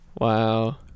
Wow